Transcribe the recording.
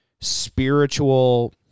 spiritual